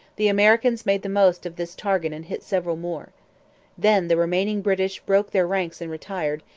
the americans made the most of this target and hit several more then the remaining british broke their ranks and retired,